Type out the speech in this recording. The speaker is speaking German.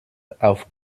auf